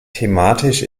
thematisch